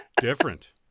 Different